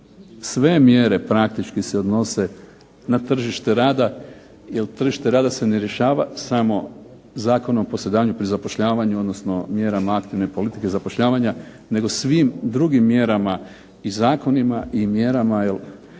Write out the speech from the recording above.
sve mjere praktički se odnose na tržište rada jer tržište rada se ne rješava samo Zakonom o posredovanju pri zapošljavanju, odnosno mjerama aktivne politike zapošljavanje nego svim drugim mjerama i zakonima i mjerama jer